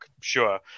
sure